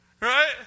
right